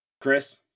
Chris